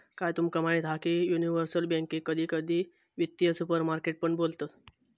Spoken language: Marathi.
काय तुमका माहीत हा की युनिवर्सल बॅन्केक कधी कधी वित्तीय सुपरमार्केट पण बोलतत